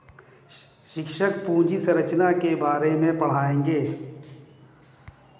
शिक्षक पूंजी संरचना के बारे में पढ़ाएंगे